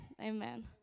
amen